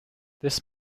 this